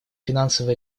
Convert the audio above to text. финансово